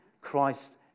Christ